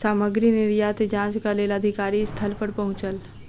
सामग्री निर्यात जांचक लेल अधिकारी स्थल पर पहुँचल